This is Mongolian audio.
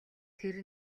тэр